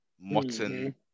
mutton